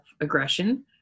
aggression